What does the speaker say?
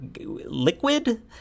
liquid